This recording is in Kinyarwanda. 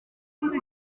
muri